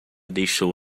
deixou